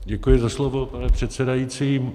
Děkuji za slovo, pane předsedající.